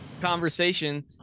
conversation –